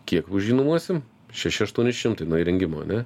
kiek už jį nuomuosim šeši aštuoni šimtai nuo įrengimo ane